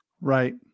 Right